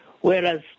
whereas